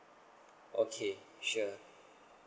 okay sure